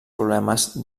problemes